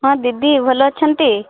ହଁ ଦିଦି ଭଲ ଅଛନ୍ତି